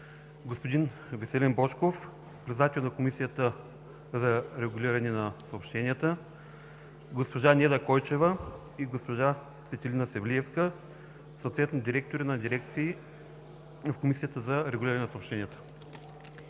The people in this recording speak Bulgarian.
господин Веселин Божков – председател на Комисията за регулиране на съобщенията; госпожа Неда Койчева и госпожа Катерина Севлиевска – съответно директори на дирекции в Комисията за регулиране на съобщенията.